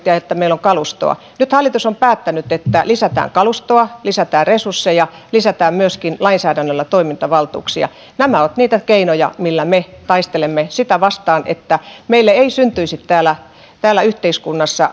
ja meillä pitää olla kalustoa nyt hallitus on päättänyt että lisätään kalustoa lisätään resursseja lisätään myös lainsäädännöllä toimintavaltuuksia nämä ovat niitä keinoja joilla me taistelemme sitä vastaan että meille syntyisi täällä täällä yhteiskunnassa